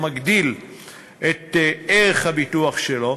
הוא מגדיל את ערך הביטוח שלו,